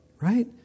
Right